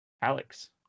Alex